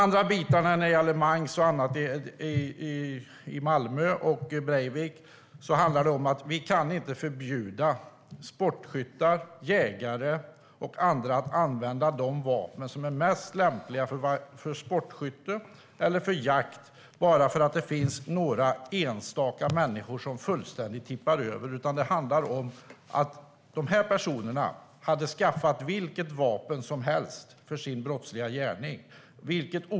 När det gäller Mangs i Malmö och Breivik kan vi inte förbjuda sportskyttar, jägare och andra att använda de vapen som är bäst lämpade för sportskytte eller jakt bara för att det finns några enstaka människor som fullständigt tippar över. Dessa personer hade skaffat vilket olagligt vapen som helst för sin brottsliga gärning.